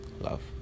love